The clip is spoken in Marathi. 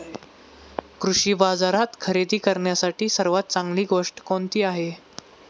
कृषी बाजारात खरेदी करण्यासाठी सर्वात चांगली गोष्ट कोणती आहे?